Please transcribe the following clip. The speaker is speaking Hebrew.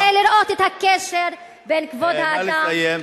קשה לראות את הקשר בין כבוד האדם, נא לסיים.